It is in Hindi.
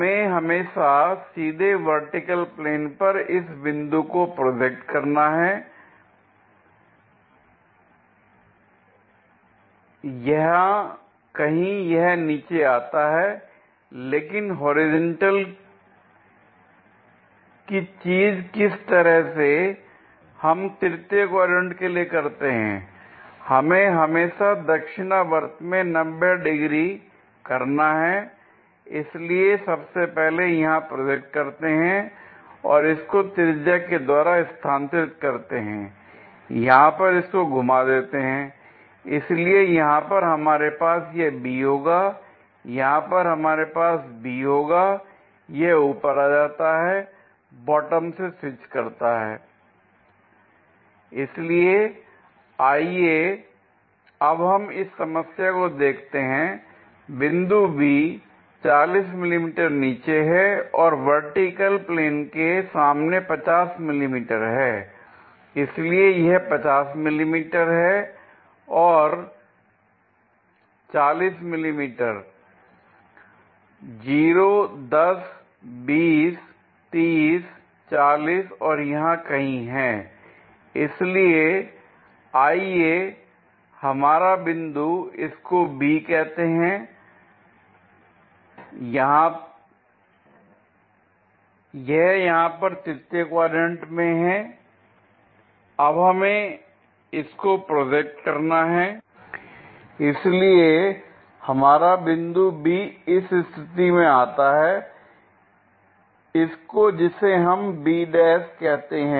हमें हमेशा सीधे वर्टिकल प्लेन पर इस बिंदु को प्रोजेक्ट करना है यहां कहीं यह नीचे जाता है लेकिन हॉरिजॉन्टल की चीज किस तरह से हम तृतीय क्वाड्रेंट के लिए करते हैं हमें हमेशा दक्षिणावर्त में 90 डिग्री करना है l इसलिए सबसे पहले यहां प्रोजेक्ट करते हैं और इसको त्रिज्या के द्वारा स्थानांतरित करते हैं यहां पर इसको घुमा देते हैं l इसलिए यहां पर हमारे पास यह b होगा यहां पर हमारे पास b होगा यह ऊपर आ जाता है और बॉटम से स्विच करता है l इसलिए आइए अब हम इस समस्या को देखते हैं बिंदु b 40 मिलीमीटर नीचे है और वर्टिकल प्लेन के सामने 50 मिलीमीटर है l इसलिए यह 50 मिलीमीटर है और 14 मिलीमीटर 0 10 20 30 40 यहां कहीं है l इसलिए आइए हमारा बिंदु इसको b कहते हैं यह यहां पर तृतीय क्वाड्रेंट में है l अब हमें इसको प्रोजेक्ट करना है इसलिए हमारा बिंदु b इस स्थिति में आता है l इसको जिसे हम b ' कहते हैं